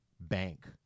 Bank